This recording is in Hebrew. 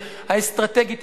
האסטרטגית,